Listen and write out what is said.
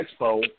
Expo